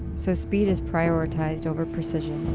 so speed is prioritised over precision,